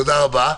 תודה רבה.